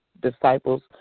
disciples